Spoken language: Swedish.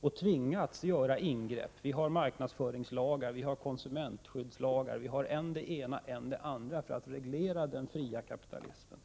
och tvingats göra ingrepp. Vi har marknadsföringslagar, konsumentskyddslagar m.m. för att reglera den fria kapitalismen.